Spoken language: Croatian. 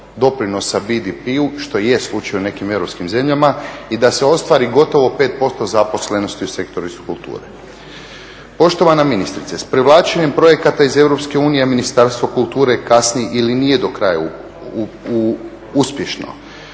doprinosa BDP-u, što je slučaj u nekim europskim zemljama, i da se ostvari gotovo 5% zaposlenosti u sektoru iz kulture. Poštovana ministrice s povlačenjem projekata iz EU Ministarstvo kulture kasni ili nije do kraja uspješno,